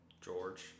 George